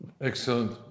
excellent